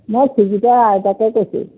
মই সুজিতৰ আইতাকে কৈছোঁ